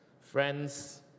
Friends